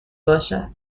باشد